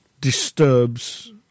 disturbs